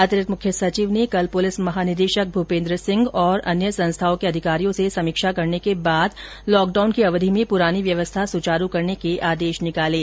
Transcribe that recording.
अतिरिक्त मुख्य सचिव ने कल पुलिस महानिदेशक भूपेन्द्र सिंह और अन्य संस्थाओं के अधिकारियों से समीक्षा करने के बाद लॉकडाउन की अवधि में पुरानी व्यवस्था सुचारू करने के आदेश निकाले है